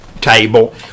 table